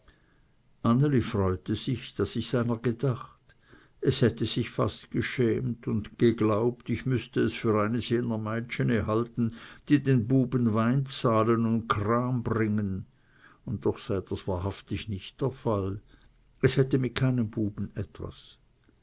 anneli freute sich daß ich seiner gedacht es hätte sich fast geschämt und geglaubt ich müßte es für eins jener meitschene halten die den buben wein zahlen und kram bringen und doch sei das wahrhaftig nicht der fall es hätte mit keinem buben etwas